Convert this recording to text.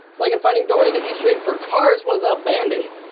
like in finding dory, the easter egg for cars was a band-aid.